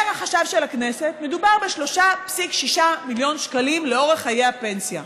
אומר החשב של הכנסת: מדובר ב-3.6 מיליון שקלים לאורך חיי הפנסיה.